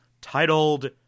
titled